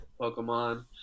Pokemon